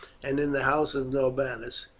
and in the house of norbanus.